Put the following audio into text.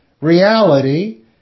reality